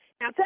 Now